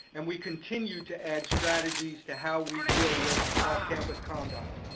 and we continue to add strategies to how we deal with off-campus conduct.